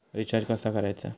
Recharge कसा करायचा?